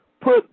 put